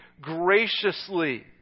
graciously